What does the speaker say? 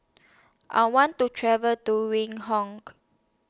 I want to travel to Windhoek